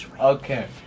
okay